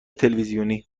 تلویزیونی